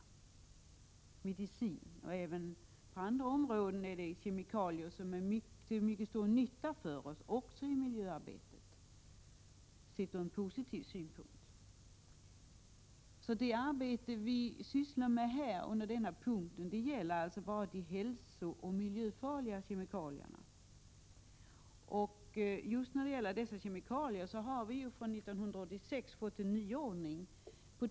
Inom medicinen och även inom andra områden används kemikalier som är till mycket stor nytta för oss. Detta gäller också miljöarbetet. Det som har behandlats i det nu aktuella betänkandet gäller bara de hälsooch miljöfarliga kemikalierna. I fråga om dem har vi från 1986 fått en nyordning.